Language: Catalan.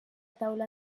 taula